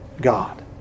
God